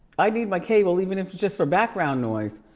i need my cable, even if it's just for background noise.